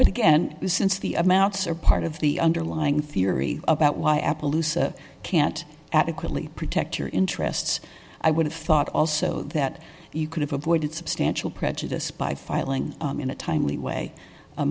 but again this into the amounts are part of the underlying theory about why appaloosa can't adequately protect your interests i would have thought also that you could have avoided substantial prejudice by filing in a timely way